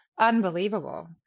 unbelievable